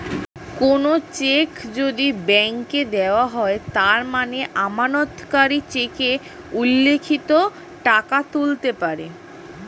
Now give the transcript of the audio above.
কোনো চেক যদি ব্যাংকে দেওয়া হয় তার মানে আমানতকারী চেকে উল্লিখিত টাকা তুলতে পারে